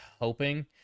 hoping